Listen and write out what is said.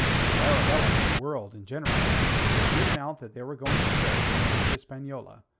to arabella and the world in general it was given out that they were going to raid french hispaniola,